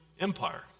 empire